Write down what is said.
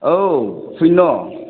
आव फुइन्न'